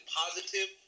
positive